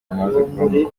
amaze